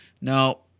No